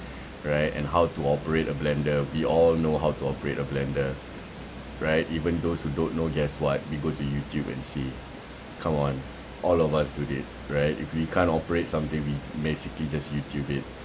right and how to operate a blender we all know how to operate a blender right even those who don't know guess what we go to YouTube and see come on all of us to date right if we can't operate something we basically just YouTube it